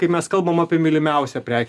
kai mes kalbam apie mylimiausią prekę